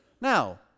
Now